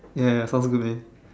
ya sounds good man